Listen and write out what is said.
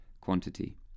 quantity